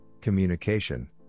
communication